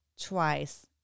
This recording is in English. twice